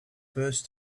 first